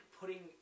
putting